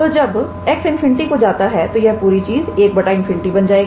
तो जब x ∞ को जाता है तो यह पूरी चीज 1 ∞ बन जाएगी